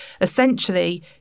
Essentially